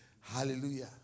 Hallelujah